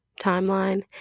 timeline